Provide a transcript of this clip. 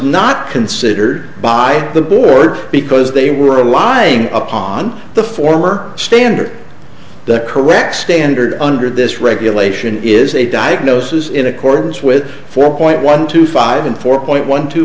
not considered by the board because they were lying upon the former standard the correct standard under this regulation is a diagnosis in accordance with four point one two five and four point one t